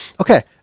Okay